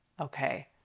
Okay